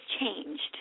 changed